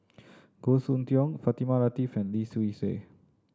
Goh Soon Tioe Fatimah Lateef and Lim Swee Say